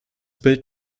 bild